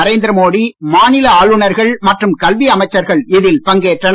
நரேந்திரமோடி மாநில ஆளுநர்கள் மற்றும் கல்வி அமைச்சர்கள் இதில் பங்கேற்றனர்